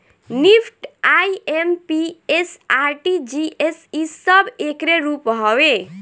NEFT, IMPS, RTGS इ सब एकरे रूप हवे